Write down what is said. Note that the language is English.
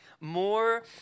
more